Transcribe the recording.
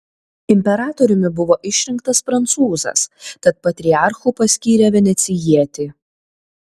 imperatoriumi buvo išrinktas prancūzas tad patriarchu paskyrė venecijietį